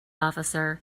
officer